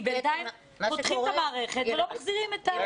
כי בינתיים פותחים את המערכת ולא מחזירים את ה --- מה שקורה,